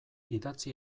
idatzi